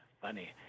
funny